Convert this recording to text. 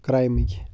کرٛایمٕکۍ